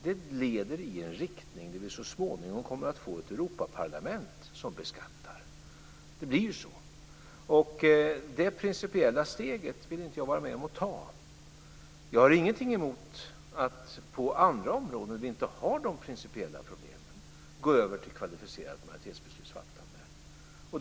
Det leder in i en riktning där vi så småningom kommer att ha ett Europaparlament som beskattar. Det bli så. Det principiella steget vill jag inte vara med om att ta. Jag har ingenting emot att vi på andra områden, där vi inte har de principiella problemen, går över till kvalificerat majoritetsbeslutsfattande.